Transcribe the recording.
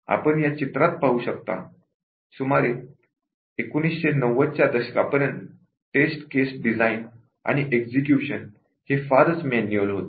आपण या चित्रात पाहू शकता सुमारे 1990 च्या दशकापर्यंत टेस्ट केस डिझाइन आणि एक्झिक्युशन हे फारच मॅन्युअल होते